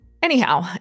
Anyhow